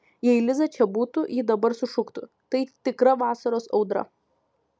jei liza čia būtų ji dabar sušuktų tai tikra vasaros audra